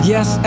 Yes